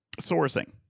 Sourcing